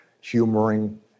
humoring